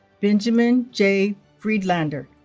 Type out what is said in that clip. benjamin j. friedlander